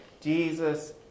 Jesus